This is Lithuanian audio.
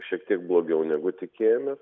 šiek tiek blogiau negu tikėjomės